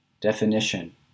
Definition